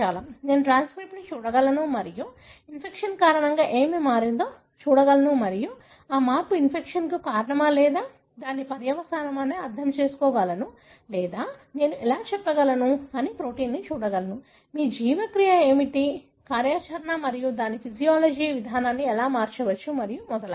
నేను ట్రాన్స్క్రిప్ట్ని చూడగలను మరియు ఇన్ఫెక్షన్ కారణంగా ఏమి మారిందో చూడగలను మరియు ఆ మార్పు ఇన్ఫెక్షన్కు కారణమా లేక దాని పర్యవసానమా అని అర్థం చేసుకోగలను లేదా నేను ఎలా చెప్పగలను అని ప్రొటీమ్ని చూడగలను మీ జీవక్రియ ఏమిటి కార్యాచరణ మరియు అది నా ఫిజియాలజీ విధానాన్ని ఎలా మార్చవచ్చు మరియు మొదలైనవి